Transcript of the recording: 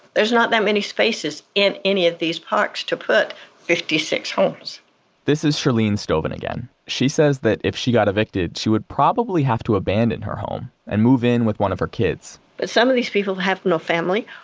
there's not that many spaces in any of these parks to put fifty six homes this is shirlene stoven again. she says that if she got evicted, she would probably have to abandon her home, and move in with one of her kids some of these people have no family,